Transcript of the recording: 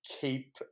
keep